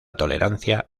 tolerancia